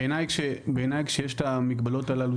בעיניי כשיש את המגבלות הללו